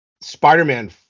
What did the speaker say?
Spider-Man